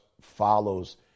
follows